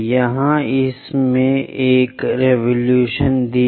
यहां इसने एक क्रांति कर दी